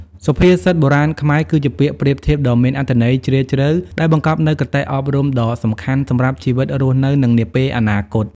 សុភាសិតបុរាណខ្មែរគឺជាពាក្យប្រៀបធៀបដ៏មានអត្ថន័យជ្រាលជ្រៅ ដែលបង្កប់នូវគតិអប់រំដ៏សំខាន់សម្រាប់ជីវិតរស់នៅ និងនាពេលអនាគត ។